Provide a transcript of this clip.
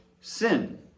sin